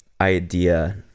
idea